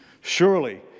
Surely